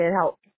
help